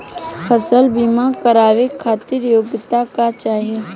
फसल बीमा करावे खातिर योग्यता का चाही?